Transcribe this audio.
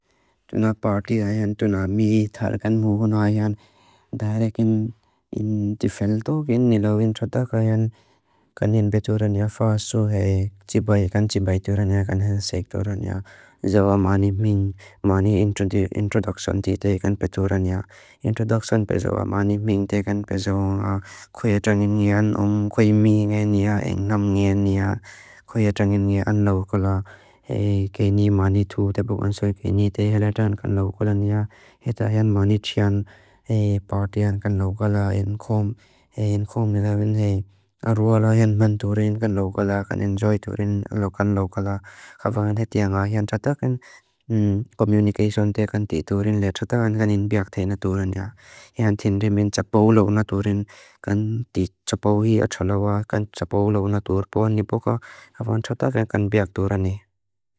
Tuna party ayan, tuna míi thalkan mhugun ayan, dharekin in tifel tukin nilau introdak ayan. Kaniin betur anya fasu, hei, tibai kan tibai turan ya, kan hensek turan ya. Zawa mani ming, mani introduksyon tita ikan betur anya. Introduksyon pe zawa mani ming tita ikan betur anga. Kwaya changin iyan om, kwaya ming iyan iyan, eng nam iyan iyan. Kwaya changin iyan laukala, hei, kaini mani tu, tepuk ansoi kaini te hela dan kan laukalanya. Heta ayan manichyan, hei, partyan kan laukala, enkom, hei, enkom nilaven, hei. Arua lau ayan man turin kan laukala, kan enjoy turin laukan laukala. Kafaan heti anga ayan tata kan communication te kan titurin, leta tata kan kan inbyaktena turan ya. Iyan tinrimin tsapau lau na turin, kan tsapau hi achalawa, kan tsapau lau na tur. Puanipuka, kafaan tsata kan kan inbyaktena turani.